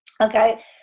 Okay